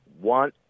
One